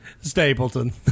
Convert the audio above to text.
Stapleton